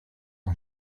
ont